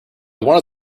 wanted